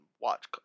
watch